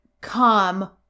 Come